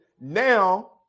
now